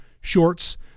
shorts